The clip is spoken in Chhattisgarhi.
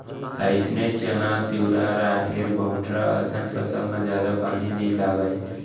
अइसने चना, तिंवरा, राहेर, बटूरा असन फसल म जादा पानी नइ लागय